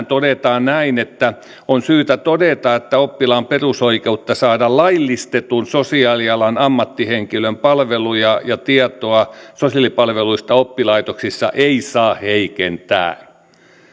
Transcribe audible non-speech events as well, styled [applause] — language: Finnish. [unintelligible] todetaan näin on syytä todeta että oppilaan perusoikeutta saada laillistetun sosiaalialan ammattihenkilön palveluja ja tietoa sosiaalipalveluista oppilaitoksissa ei saa heikentää